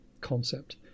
concept